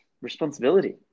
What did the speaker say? responsibility